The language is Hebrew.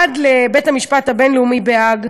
עד לבית-המשפט הבין-לאומי בהאג,